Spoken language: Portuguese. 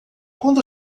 quando